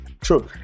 True